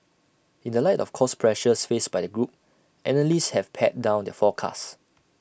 in the light of cost pressures faced by the group analysts have pared down their forecasts